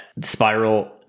Spiral